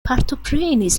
partoprenis